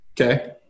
Okay